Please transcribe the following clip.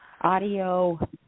audio